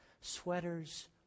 sweaters